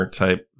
type